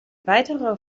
weitere